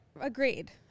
Agreed